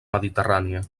mediterrània